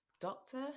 doctor